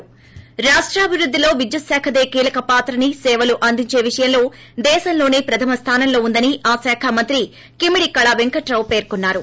ి రాష్టాభివృద్ధి లో విద్యుత్ శాఖదే కీలక పాత్రని సేవలు అందించే విషయంలో దేశంలోసే ప్రధమ స్తానంలో ఉందని ఆ శాఖ మంత్రి కిమిడి కళా పెంకట్రావు పేర్కొన్నారు